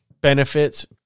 benefits